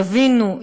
יבינו,